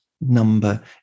number